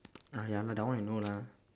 ah ya lah that one I know lah